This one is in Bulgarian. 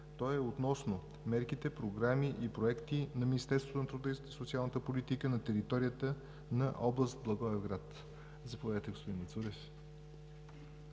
Той е относно мерките, програмите и проектите на Министерството на труда и социалната политика на територията на област Благоевград. Заповядайте, господин Мацурев.